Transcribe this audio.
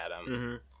Adam